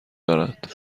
دارد